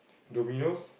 Domino's